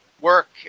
work